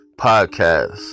podcast